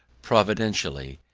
providentially,